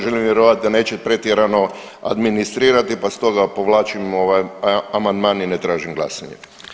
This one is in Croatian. Želim vjerovati da neće pretjerano administrirati, pa stoga povlačim ovaj amandman i ne tražim glasanje.